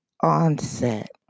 onset